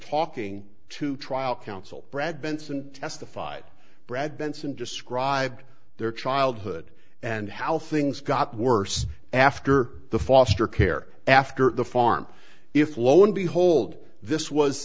talking to trial counsel brad benson testified brad benson described their childhood and how things got worse after the foster care after the farm if lo and behold this was